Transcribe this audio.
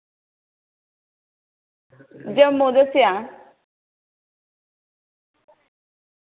जम्मू दस्सेआ